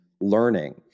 learning